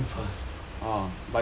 I I saw him first found him